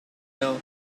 know